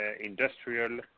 industrial